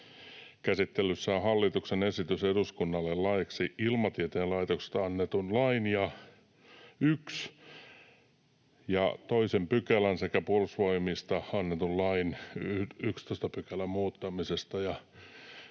Käsittelyssä on hallituksen esitys eduskunnalle laeiksi Ilmatieteen laitoksesta annetun lain 1 ja 2 §:n sekä Puolustusvoimista annetun lain 11 §:n muuttamisesta,